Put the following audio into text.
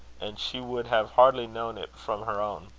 and she would have hardly known it from her own.